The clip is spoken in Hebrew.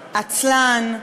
עצלן,